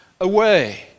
away